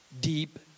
deep